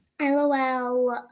LOL